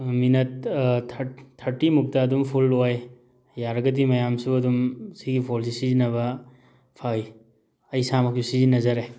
minute thirty ꯃꯨꯛꯇ ꯑꯗꯨꯝ full ꯑꯣꯏ ꯌꯥꯔꯒꯗꯤ ꯃꯌꯥꯝꯁꯨ ꯑꯗꯨꯝ ꯁꯤꯒꯤ ꯐꯣꯟꯁꯦ ꯁꯤꯖꯟꯅꯕ ꯐꯩ ꯑꯩ ꯏꯁꯥꯃꯛꯁꯨ ꯁꯤꯖꯟꯅꯖꯔꯦ